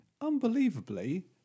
unbelievably